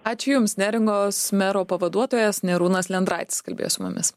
ačiū jums neringos mero pavaduotojas narūnas lendraitis kalbėjo su mumis